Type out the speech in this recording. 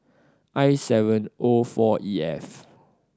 I seven O four E F